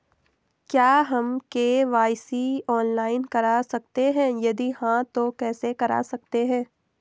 क्या हम KYC online करा सकते हैं यदि हाँ तो कैसे करा सकते हैं?